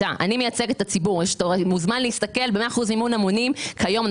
אתה מוזמן להסתכל במאה אחוזים מימון המונים כיום,